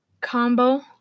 combo